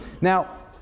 Now